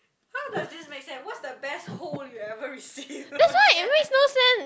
that's why it makes no sense